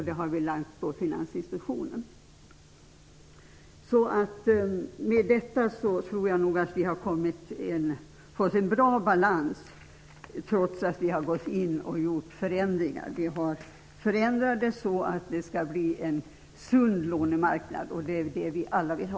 Det uppdraget har Finansinspektionen fått. Med detta tror jag nog att vi får en bra balans, trots att vi har gjort förändringar. Vi har alltså förändrat det hela så att det blir en sund lånemarknad. Det är ju vad vi alla vill ha.